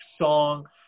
song